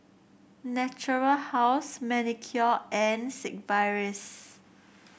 Natura House Manicare and Sigvaris